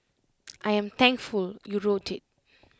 I am thankful you wrote IT